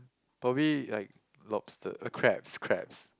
probably like lobster uh crabs crabs